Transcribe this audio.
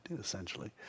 essentially